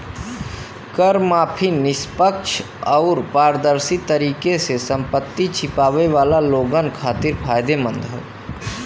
कर माफी निष्पक्ष आउर पारदर्शी तरीके से संपत्ति छिपावे वाला लोगन खातिर फायदेमंद हौ